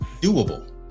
doable